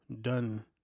done